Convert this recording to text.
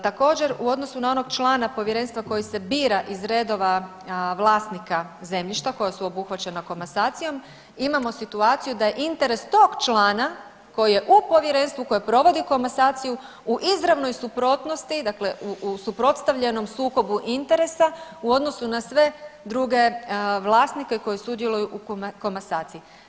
Također u odnosu na onog člana povjerenstva koji se bira iz redova vlasnika zemljišta koja su obuhvaćena komasacijom imamo situaciju da je interes tog člana koji je u povjerenstvu koje provodi komasaciju u izravnoj suprotnosti, dakle u suprotstavljenom sukobu interesa u odnosu na sve druge vlasnike koji sudjeluju u komasaciji.